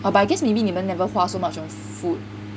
!wah! I guess maybe 你们 never 花 so much on food